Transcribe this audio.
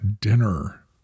dinner